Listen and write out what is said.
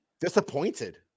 disappointed